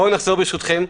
בואו נחזור, ברשותכם.